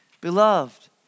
Beloved